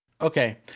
Okay